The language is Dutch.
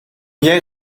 jij